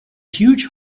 huge